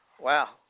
Wow